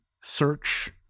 search